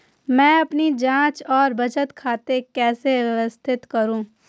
मैं अपनी जांच और बचत खाते कैसे व्यवस्थित करूँ?